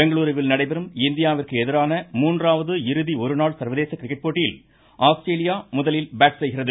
பெங்களுருவில் நடைபெறும் இந்தியாவிற்கு எதிரான மூன்றாவது இறுதி ஒரு நாள் சர்வதேச கிரிக்கெட் போட்டியில் ஆஸ்திரேலியா முதலில் பேட் செய்கிறது